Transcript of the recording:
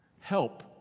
Help